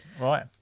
right